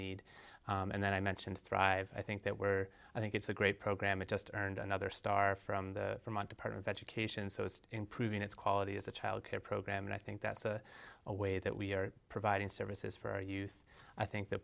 need and then i mention thrive i think that where i think it's a great program it just earned another star from the from on to part of education so it's improving its quality as a child care program and i think that's a way that we're providing services for our youth i think the